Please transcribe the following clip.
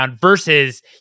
versus